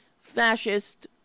fascist